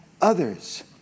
others